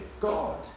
God